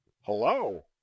hello